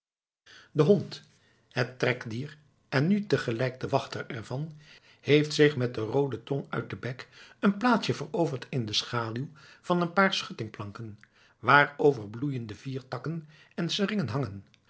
de hond het trekdier en nu te gelijk de wachter er van heeft zich met de roode tong uit den bek een plaatsje veroverd in de schaduw van een paar schuttingplanken waarover bloeiende vliertakken en seringen hangen